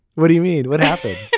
what do you mean? what happened?